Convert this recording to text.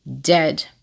dead